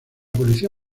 policía